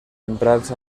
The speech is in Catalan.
emprats